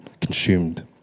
consumed